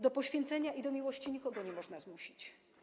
Do poświęcenia i miłości nikogo nie można zmusić.